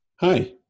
hi